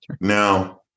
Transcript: Now